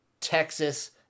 Texas